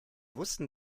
wussten